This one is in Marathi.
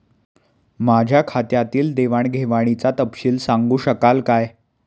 माझ्या खात्यातील देवाणघेवाणीचा तपशील सांगू शकाल काय?